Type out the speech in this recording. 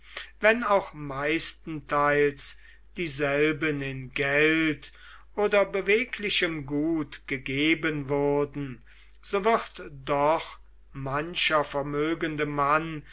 wenn auch meistenteils dieselben in geld oder beweglichem gut gegeben wurden so wird doch mancher vermögende mann